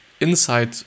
inside